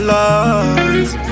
lies